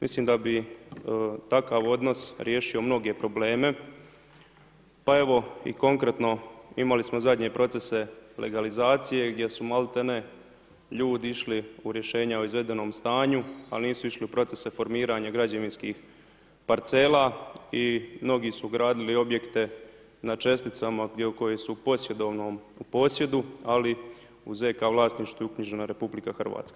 Mislim da bi takav odnos riješio mnoge probleme pa evo i konkretno imali smo zadnje procese legalizacije gdje su ljudi išli u rješenja o izvedenom stanju, ali nisu išli u procese formiranja građevinskih parcela i mnogi su gradili objekte na česticama koje su u posjedovnom posjedu, ali u ZK vlasništvu uknjižena RH.